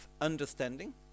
understanding